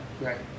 right